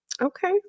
Okay